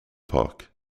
park